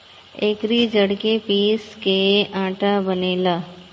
एकरी जड़ के पीस के आटा बनेला